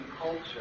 culture